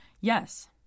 Yes